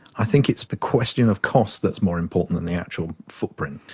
i think it's the question of cost that's more important than the actual footprint.